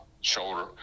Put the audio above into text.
shoulder